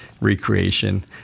recreation